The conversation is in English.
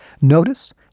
Notice